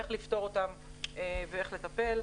ואיך לפתור אותם ואיך לטפל.